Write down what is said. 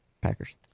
Packers